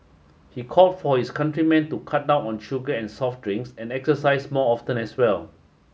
he called for his countrymen to cut down on sugar and soft drinks and exercise more often as well